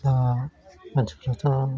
दा मानसिफ्राथ'